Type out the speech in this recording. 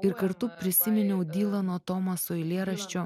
ir kartu prisiminiau dylano tomaso eilėraščio